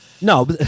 No